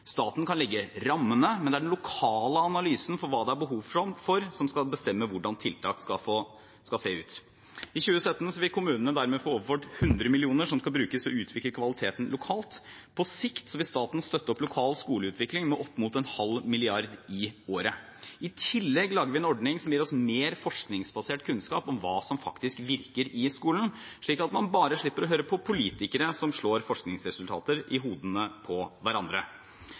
Staten kan legge rammene, men det er den lokale analysen av hva det er behov for, som skal bestemme hvordan tiltak skal se ut. I 2017 vil kommunene dermed få overført 100 mill. kr som skal brukes til å utvikle kvaliteten lokalt. På sikt vil staten støtte opp lokal skoleutvikling med opp mot en halv milliard i året. I tillegg lager vi en ordning som gir oss mer forskningsbasert kunnskap om hva som faktisk virker i skolen, slik at man slipper å høre på politikere som slår forskningsresultater i hodene på hverandre.